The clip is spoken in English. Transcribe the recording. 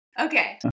Okay